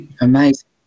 Amazing